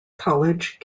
college